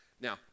Now